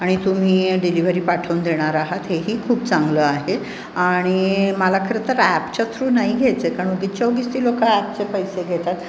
आणि तुम्ही डिलिव्हरी पाठवून देणार आहात हेही खूप चांगलं आहे आणि मला खरं तर ॲपच्या थ्रू नाही घ्यायचं आहे कारण उगीच च्या उगीच ती लोकं ॲपचे पैसे घेतात